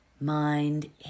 mind